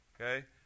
okay